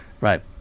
right